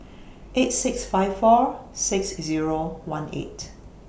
eight six five four six Zero one eight